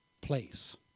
place